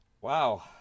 Wow